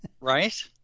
Right